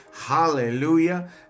Hallelujah